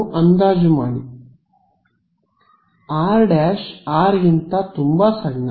ಇದನ್ನು ಅಂದಾಜು ಮಾಡಿ r ′ rಗಿಂತ ತುಂಬಾ ಸಣ್ಣ